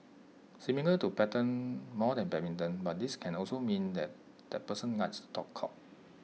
similar to pattern more than badminton but this can also mean that that person likes to talk cock